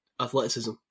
athleticism